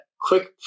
Quick